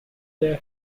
their